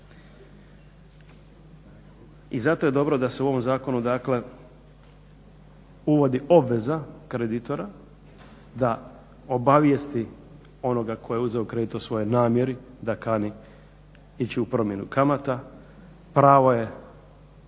I zato je dobro da se u ovom zakonu, dakle uvodi obveza kreditora da obavijesti onoga tko je uzeo kredit u svojoj namjeri da kani ići u promjenu kamata, pravo je